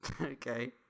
okay